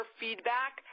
feedback